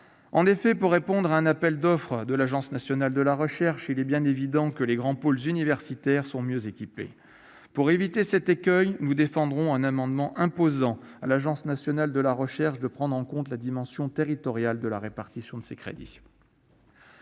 En effet, pour répondre à un appel d'offres de l'Agence nationale de la recherche, il est évident que les grands pôles universitaires sont mieux équipés. Pour éviter cet écueil, nous défendrons un amendement imposant à l'Agence nationale de la recherche de prendre en compte la dimension territoriale de la répartition de ces crédits.